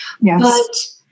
Yes